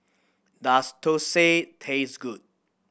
does thosai taste good